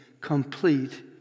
complete